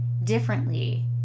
differently